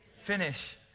finish